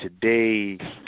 today